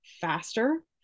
faster